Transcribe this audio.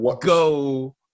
go